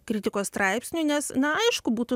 kritikos straipsnių nes na aišku būtų